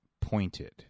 pointed